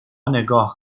نگاه